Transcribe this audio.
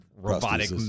robotic